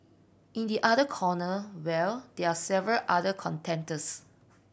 in the other corner well there are several other contenders